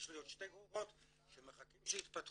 יש לי עוד שתי גרורות שמחכים שיתפתחו